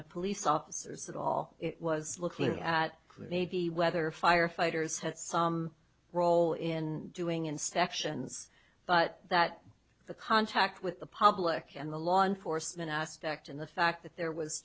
of police officers at all it was looking at maybe whether firefighters had some role in doing instead actions but that the contact with the public and the law enforcement aspect and the fact that there was